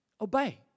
Obey